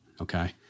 okay